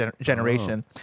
generation